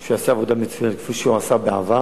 שהוא יעשה עבודה מצוינת כפי שהוא עשה בעבר,